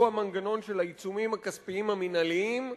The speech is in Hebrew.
והוא המנגנון של העיצומים הכספיים המינהליים,